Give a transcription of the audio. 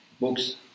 books